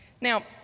Now